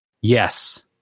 Yes